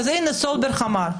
סולברג אמר.